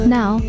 Now